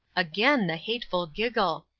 again the hateful giggle!